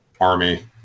army